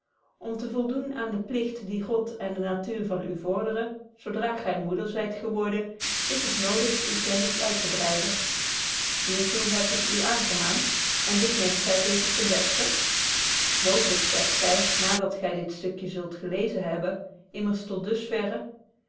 om te voldoen aan den pligt die god en de natuur van u vorderen zo dra gy moeder zyt geworden is het nodig uwe kennis uit te breiden hier toe heb ik u aangemaand en dit neemt gy zeker ten besten mooglyk zegt gy na dat gy dit stukje zult gelezen hebben immers tot